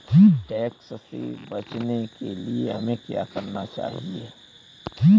Tax से बचने के लिए हमें क्या करना चाहिए?